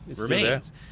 remains